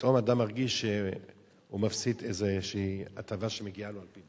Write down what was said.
ופתאום אדם מרגיש שהוא מפסיד איזושהי הטבה שמגיעה לו על-פי,